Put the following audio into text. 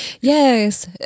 Yes